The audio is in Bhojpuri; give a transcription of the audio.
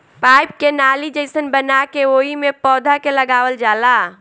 पाईप के नाली जइसन बना के ओइमे पौधा के लगावल जाला